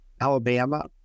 Alabama